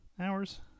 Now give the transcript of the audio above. hours